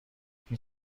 این